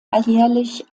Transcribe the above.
alljährlich